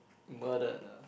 murder the